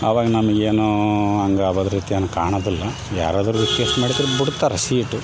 ಆವಾಗ ನಮ್ಗೆ ಏನೋ ಹಂಗಾಗಿ ರೀತಿಯನ್ನ ಕಾಣದಿಲ್ಲ ಯಾರಾದರು ರಿಕ್ವೆಸ್ಟ್ ಮಾಡಿದರೆ ಬುಡ್ತಾರ ಸೀಟು